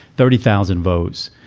thirty thousand votes.